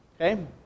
Okay